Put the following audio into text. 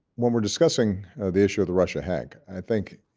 when we're discussing the issue of the russia hack, i think